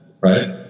right